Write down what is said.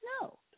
No